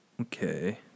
Okay